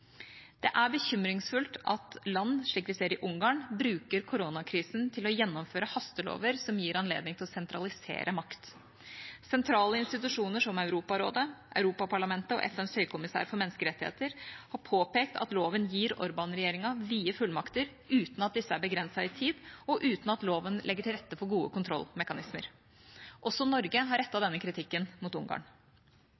Det er bekymringsfullt at land, slik vi ser i Ungarn, bruker koronakrisen til å gjennomføre hastelover som gir anledning til å sentralisere makt. Sentrale institusjoner som Europarådet, Europaparlamentet og FNs høykommissær for menneskerettigheter har påpekt at loven gir Orbán-regjeringa vide fullmakter, uten at disse er begrenset i tid, og uten at loven legger til rette for gode kontrollmekanismer. Også Norge har